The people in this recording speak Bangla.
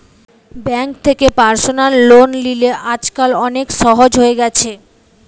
বেঙ্ক থেকে পার্সনাল লোন লিলে আজকাল অনেক সহজ হয়ে গেছে